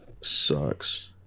Sucks